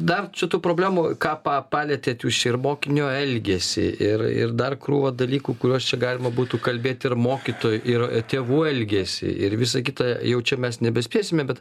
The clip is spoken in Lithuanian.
dar čia tų problemų ką pa palietėt jūs čia ir mokinio elgesį ir ir dar krūvą dalykų kuriuos čia galima būtų kalbėt ir mokytojų ir tėvų elgesį ir visa kita jau čia mes nebespėsime bet